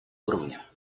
уровне